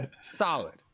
Solid